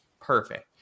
perfect